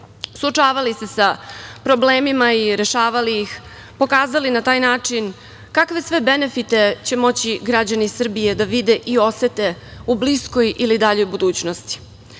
suočavali se sa problemima i rešavali ih, pokazali na taj način, kakve sve benefite će moći građani Srbije da vide i osete u bliskoj ili daljoj budućnosti